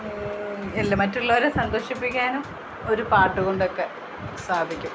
എല്ലാ മറ്റുള്ളവരെ സന്തോഷിപ്പിക്കാനും ഒരു പാട്ട് കൊണ്ടൊക്കെ സാധിക്കും